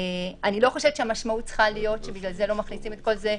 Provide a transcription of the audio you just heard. אני לא חושבת שהמשמעות צריכה להיות שבגלל זה לא מעבירים את זה,